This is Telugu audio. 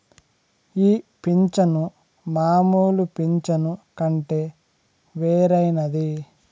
ఈ పింఛను మామూలు పింఛను కంటే వేరైనది